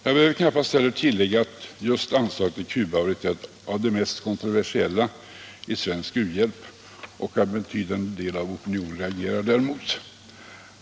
Jag behöver knappast heller tillägga att just anslaget till Cuba har varit ett av de mest kontroversiella i svensk u-hjälp och att en betydande del av opinionen reagerar däremot.